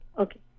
Okay